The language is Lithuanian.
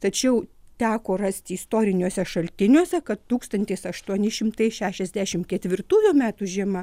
tačiau teko rasti istoriniuose šaltiniuose kad tūkstantis aštuoni šimtai šešiasdešimt ketvirtųjų metų žiema